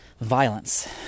Violence